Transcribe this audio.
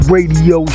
Radio